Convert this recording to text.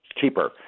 cheaper